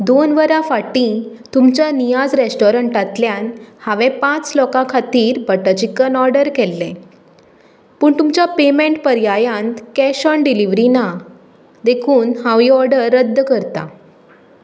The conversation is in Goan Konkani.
दोन वरां फाटीं तुमच्या नियाज रेस्टोरंटातल्यान हांवें पांच लोकां खातीर बटर चिकन ऑर्डर केल्लें पूण तुमच्या पेमेंट पर्यायान कॅश ऑन डिल्हीवरी ना देखून हांव ही ऑर्डर रद्द करतां